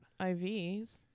IVs